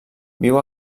viu